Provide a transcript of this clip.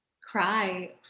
cry